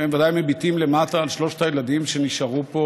והם ודאי מביטים למטה על שלושת הילדים שנשארו פה